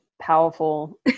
powerful